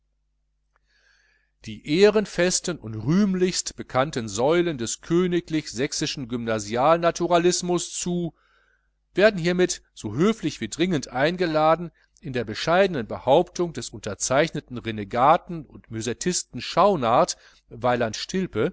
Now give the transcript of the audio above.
die ehrenfesten und rühmlichst bekannten säulen des königlich sächsischen gymnasialnaturalismus zu werden hiermit so höflich wie dringend eingeladen in der bescheidenen behausung des unterzeichneten renegaten und müsettisten schaunard weiland